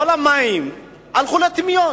כל המים הלכו לטמיון.